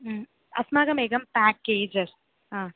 ह्म् अस्माकम् एकं पेकेज् अस्ति हा